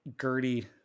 Gertie